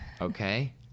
okay